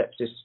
sepsis